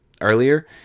earlier